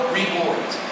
rewards